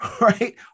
Right